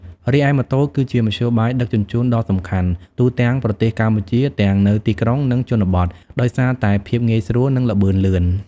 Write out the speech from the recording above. រីឯម៉ូតូ គឺជាមធ្យោបាយដឹកជញ្ជូនដ៏សំខាន់ ទូទាំងប្រទេសកម្ពុជា ទាំងនៅទីក្រុង និងជនបទ ដោយសារតែភាពងាយស្រួល និងល្បឿនលឿន ។